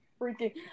freaking